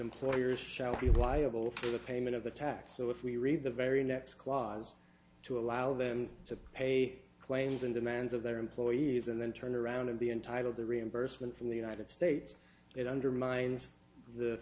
employers shall be liable for the payment of the tax so if we read the very next clause to allow them to pay claims and demands of their employees and then turn around to be entitled the reimbursement from the united states it undermines the